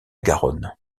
garonne